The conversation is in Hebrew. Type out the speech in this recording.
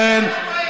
כולנו,